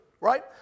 right